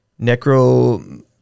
Necro